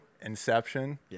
Inception